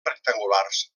rectangulars